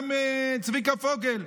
גם צביקה פוגל,